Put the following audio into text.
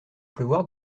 pleuvoir